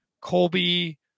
Colby